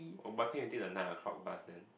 we're busting until the nine o-clock bus then